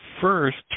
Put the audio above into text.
first